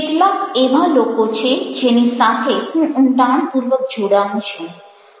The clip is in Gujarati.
કેટલાક એવા લોકો છે જેની સાથે હું ઊંડાણપૂર્વક જોડાઉં છું